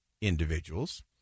individuals